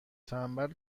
تنبل